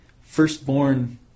firstborn